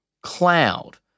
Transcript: cloud